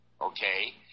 okay